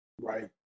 Right